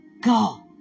go